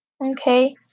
Okay